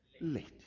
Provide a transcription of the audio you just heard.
late